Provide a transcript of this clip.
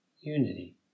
unity